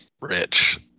rich